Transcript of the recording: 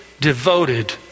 devoted